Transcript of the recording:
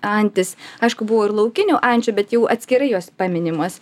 antis aišku buvo ir laukinių ančių bet jau atskirai jos paminimos